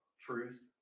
truth